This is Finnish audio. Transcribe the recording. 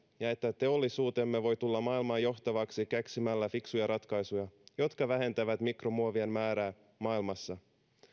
ja että teollisuutemme voi tulla maailman johtavaksi keksimällä fiksuja ratkaisuja jotka vähentävät mikromuovien määrää maailmassa